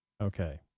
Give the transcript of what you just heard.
Okay